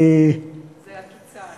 זו עקיצה,